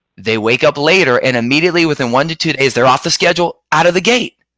they wake up later and immediately within one to two days they're off the schedule out of the gate.